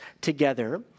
together